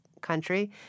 country